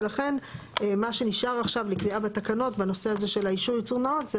ולכן מה שנשאר עכשיו לקביעה בתקנות בנושא הזה של האישור ייצור נאות זה